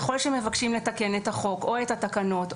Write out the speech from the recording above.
ככל שמבקשים לתקן את החוק או את התקנות,